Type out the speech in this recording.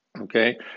okay